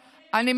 אני,